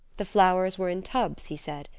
the flowers were in tubs, he said.